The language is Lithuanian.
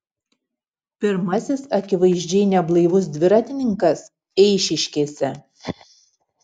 pirmasis akivaizdžiai neblaivus dviratininkas eišiškėse